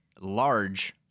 large